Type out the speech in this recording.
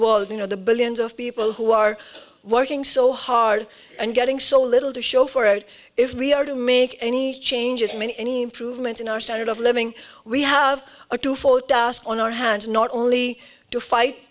world you know the billions of people who are working so hard and getting so little to show for it if we are to make any changes mean any improvement in our standard of living we have to fall on our hands not only to fight